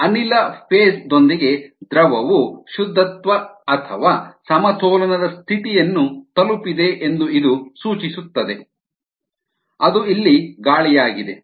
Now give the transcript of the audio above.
ಅನಿಲ ಫೇಸ್ ದೊಂದಿಗೆ ದ್ರವವು ಶುದ್ಧತ್ವ ಅಥವಾ ಸಮತೋಲನದ ಸ್ಥಿತಿಯನ್ನು ತಲುಪಿದೆ ಎಂದು ಇದು ಸೂಚಿಸುತ್ತದೆ ಅದು ಇಲ್ಲಿ ಗಾಳಿಯಾಗಿದೆ